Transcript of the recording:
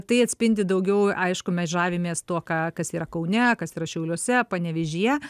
tai atspindi daugiau aišku mes žavimės tuo ką kas yra kaune kas yra šiauliuose panevėžyje